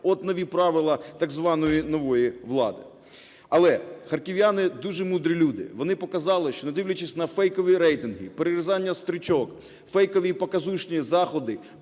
от нові правила так званої нової влади. Але харків'яни – дуже мудрі люди, вони показали, що не дивлячись на фейкові рейтинги, перерізання стрічок, фейкові і показушні заходи,